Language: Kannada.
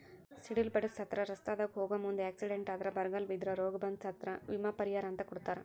ಸಿಡಿಲ ಬಡದ ಸತ್ರ ರಸ್ತಾದಾಗ ಹೋಗು ಮುಂದ ಎಕ್ಸಿಡೆಂಟ್ ಆದ್ರ ಬರಗಾಲ ಬಿದ್ರ ರೋಗ ಬಂದ್ರ ಸತ್ರ ವಿಮಾ ಪರಿಹಾರ ಅಂತ ಕೊಡತಾರ